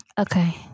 Okay